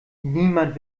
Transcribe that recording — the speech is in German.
niemand